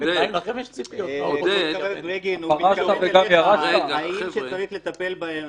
--- הוא התכוון אליך - אנשים שצריך לטפל בהם,